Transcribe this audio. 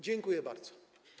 Dziękuję bardzo.